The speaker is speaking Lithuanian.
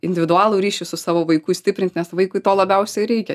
individualų ryšį su savo vaiku stiprint nes vaikui to labiausiai reikia